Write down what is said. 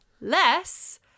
less